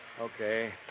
Okay